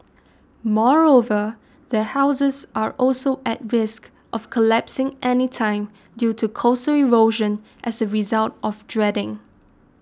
moreover their houses are also at risk of collapsing anytime due to coastal erosion as a result of dredging